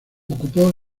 ocupó